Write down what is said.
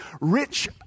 rich